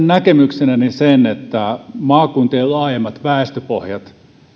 näkemyksenäni että maakuntien laajemmat väestöpohjat